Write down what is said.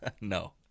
No